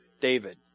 David